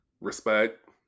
respect